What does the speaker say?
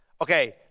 Okay